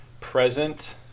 present